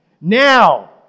Now